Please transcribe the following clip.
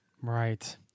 right